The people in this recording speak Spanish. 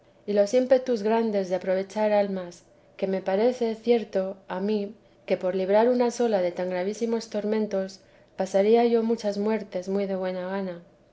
y los ímpetus grandes de aprovechar almas que me parece cierto a mi que por librar una sola de tan gravísimos tormentos pasaría yo muchas muertes muy de buena gana